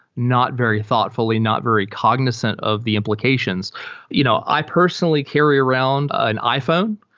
not very thoughtfully, not very cognizant of the implications you know i personally carry around an iphone.